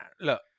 Look